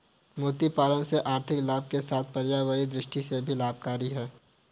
मोती पालन से आर्थिक लाभ के साथ पर्यावरण दृष्टि से भी लाभकरी है